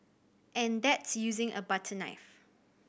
and that's using a butter knife